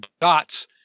dots